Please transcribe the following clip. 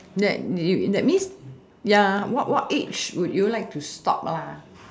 that you that means ya what what age would you like to stop lah